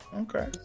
okay